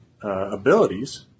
abilities